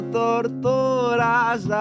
torturas